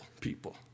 people